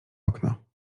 okno